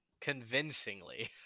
convincingly